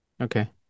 Okay